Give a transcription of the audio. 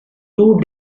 two